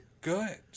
Good